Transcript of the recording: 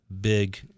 big